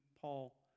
Paul